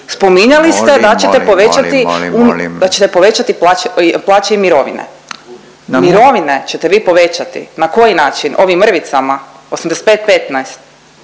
Spominjali ste da ćete povećati plaće i mirovine. Mirovine ćete vi povećati? Na koji način? Ovim mrvicama, 85:15?